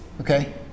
okay